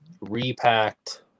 repacked